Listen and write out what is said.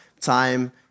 time